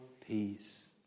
peace